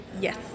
Yes